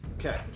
Okay